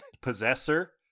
possessor